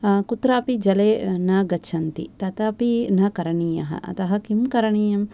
कुत्रापि जले न गच्छन्ति तथापि न करणीयः अतः किं करणीयं